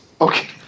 Okay